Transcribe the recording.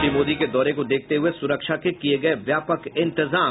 श्री मोदी के दौरे को देखते हुये सुरक्षा के किये गये हैं व्यापक इंतजाम